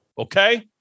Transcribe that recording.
Okay